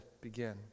begin